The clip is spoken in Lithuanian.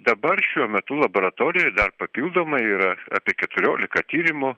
dabar šiuo metu laboratorijoj dar papildomai yra apie keturiolika tyrimų